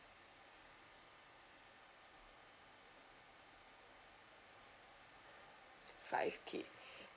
five K